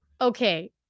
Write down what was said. Okay